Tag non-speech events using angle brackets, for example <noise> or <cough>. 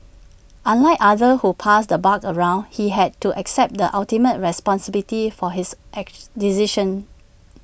unlike others who passed the buck around he had to accept the ultimate responsibility for his <unintelligible> decisions